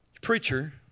preacher